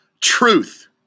truth